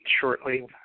shortly